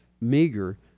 meager